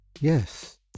Yes